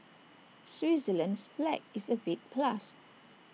Switzerland's flag is A big plus